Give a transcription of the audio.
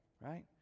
right